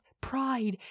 pride